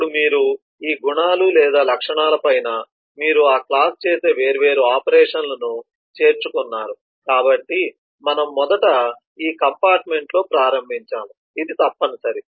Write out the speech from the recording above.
అప్పుడు మీరు ఈ గుణాలు లేదా లక్షణాల పైన మీరు ఆ క్లాస్ చేసే వేర్వేరు ఆపరేషన్లను చేర్చుకున్నారు కాబట్టి మనము మొదట ఈ 3 కంపార్ట్మెంట్లలో ప్రారంభించాము ఇది తప్పనిసరి